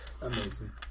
Amazing